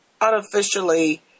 artificially